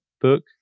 Book